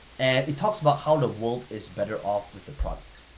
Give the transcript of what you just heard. and it talks about how the world is better off with the product.